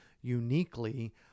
uniquely